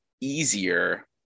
easier